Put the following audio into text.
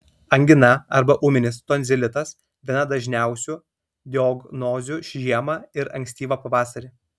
angina arba ūminis tonzilitas viena dažniausių diagnozių žiemą ir ankstyvą pavasarį